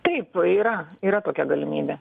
taip yra yra tokia galimybė